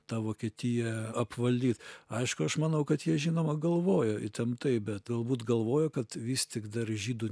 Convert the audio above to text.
tą vokietiją apvaldyt aišku aš manau kad jie žinoma galvojo įtemptai bet galbūt galvojo kad vis tik dar žydų